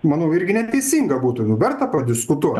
manau irgi neteisinga būtų nu verta padiskutuo